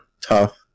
tough